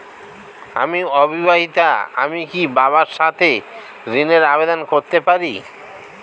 আমি অবিবাহিতা আমি কি বাবার সাথে ঋণের আবেদন করতে পারি?